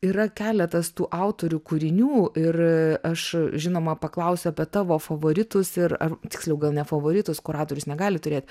yra keletas tų autorių kūrinių ir aš žinoma paklausiu apie tavo favoritus ir ar tiksliau gal ne favoritus kuratorius negali turėt